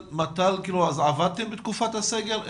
עבדתם בתקופת הסגר?